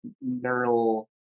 neural